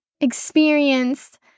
experienced